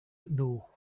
know